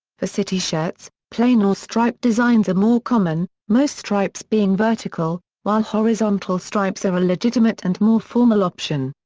for city shirts, plain or striped designs are more common, most stripes being vertical, while horizontal stripes are a legitimate and more formal option.